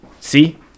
see